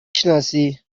شناسی